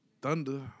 Thunder